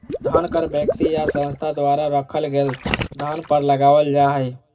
धन कर व्यक्ति या संस्था द्वारा रखल गेल धन पर लगावल जा हइ